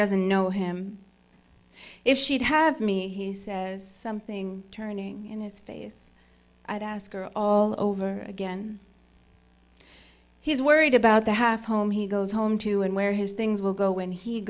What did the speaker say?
doesn't know him if she'd have me he says something turning in his face i'd ask her all over again he's worried about the half home he goes home to and where his things will go when he